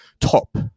top